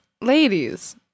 Ladies